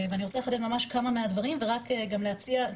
ואני רוצה לחדד ממש כמה מהדברים וגם להציע את